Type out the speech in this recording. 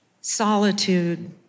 solitude